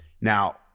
Now